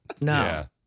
No